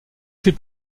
fait